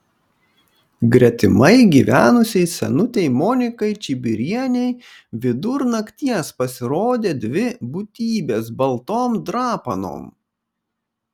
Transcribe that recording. gretimai gyvenusiai senutei monikai čibirienei vidur nakties pasirodė dvi būtybės baltom drapanom